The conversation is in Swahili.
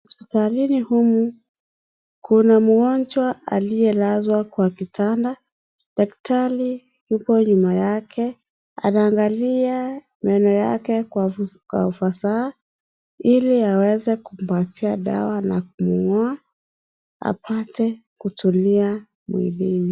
Hospitalini humu kuna mgonjwa aliyelazwa kwenye kitanda, daktari yuko nyuma yake, anaangalia meno yake kwa ufasaha ili aweze kumpatia dawa na kumngoa apate kutulia mwilini.